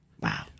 Wow